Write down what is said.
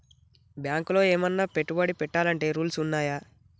బ్యాంకులో ఏమన్నా పెట్టుబడి పెట్టాలంటే రూల్స్ ఉన్నయా?